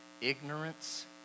Ignorance